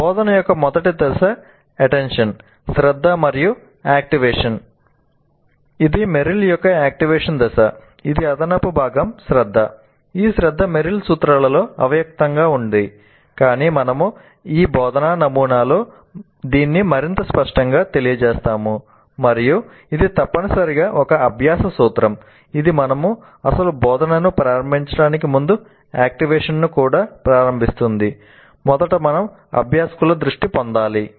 బోధన యొక్క మొదటి దశ అటెంషన్ ను కూడా ప్రారంభిస్తుంది మొదట మనం అభ్యాసకుల దృష్టిని పొందాలి